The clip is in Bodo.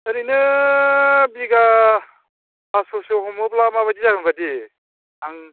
ओरैनो बिघा फच्च'सो हमोब्ला माबायदि जागोन बायदि आं